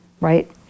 right